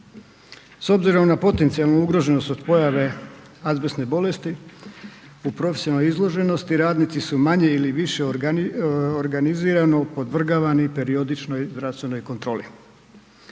S obzirom na potencijalnu ugroženost od pojave azbestne bolesti u profesionalnoj izloženosti, radnici su manje ili više organizirano podvrgavani periodičnoj zdravstvenoj kontroli.